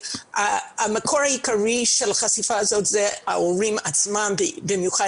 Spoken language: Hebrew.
המקור העיקרי של חשיפה הזאת אלה הם ההורים עצמם ובמיוחד